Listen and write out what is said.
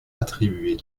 attribuer